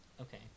Okay